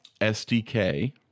SDK